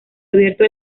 abierto